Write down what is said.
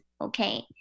okay